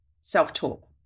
Self-talk